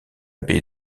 baie